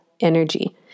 energy